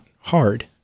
hard